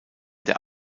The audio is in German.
der